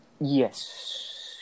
Yes